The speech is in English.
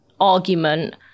argument